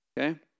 okay